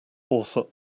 author